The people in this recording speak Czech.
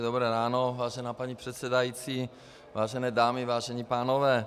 Dobré ráno, vážená paní předsedající, vážené dámy, vážení pánové.